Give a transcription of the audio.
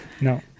No